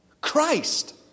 Christ